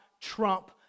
trump